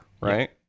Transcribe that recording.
right